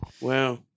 Wow